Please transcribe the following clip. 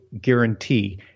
guarantee